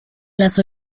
las